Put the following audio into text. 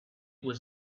was